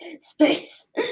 space